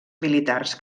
militars